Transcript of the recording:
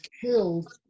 killed